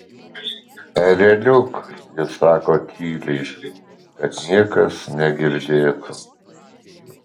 ereliuk ji sako tyliai kad niekas negirdėtų